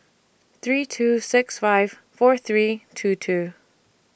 three two six five four three two two